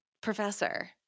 Professor